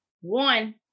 one